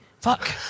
Fuck